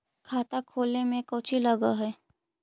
खाता खोले में कौचि लग है?